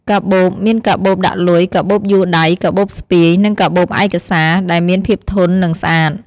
កាបូប មានកាបូបដាក់លុយ កាបូបយួរដៃ កាបូបស្ពាយ និងកាបូបឯកសារ ដែលមានភាពធន់ និងស្អាត។